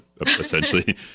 essentially